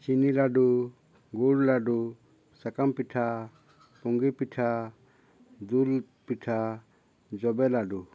ᱪᱤᱱᱤ ᱞᱟᱹᱰᱩ ᱜᱩᱲ ᱞᱟᱹᱰᱩ ᱥᱟᱠᱟᱢ ᱯᱤᱴᱷᱟᱹ ᱯᱚᱝᱜᱤ ᱯᱤᱴᱷᱟᱹ ᱫᱩᱞ ᱯᱤᱴᱷᱟᱹ ᱡᱚᱵᱮ ᱞᱟᱹᱰᱩ